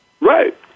Right